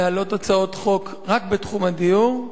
להעלות הצעות חוק רק בתחום הדיור,